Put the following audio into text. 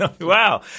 Wow